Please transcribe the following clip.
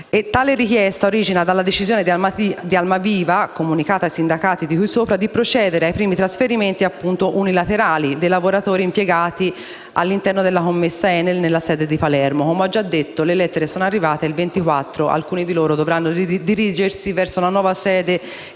Tale richiesta origina dalla decisione di Almaviva, comunicata ai sindacati di cui sopra, di procedere ai primi trasferimenti unilaterali dei lavoratori impiegati nella commessa ENEL dalla sede di Palermo. Come ho già detto, le lettere sono arrivate e il 24 ottobre e alcuni di loro dovranno dirigersi verso la nuova sede che